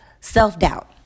self-doubt